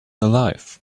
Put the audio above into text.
alive